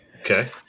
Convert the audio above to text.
Okay